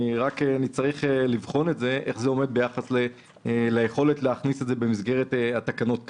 נצטרך לבחון איך זה עומד ביחס ליכולת להכניס את זה במסגרת התקנות כאן.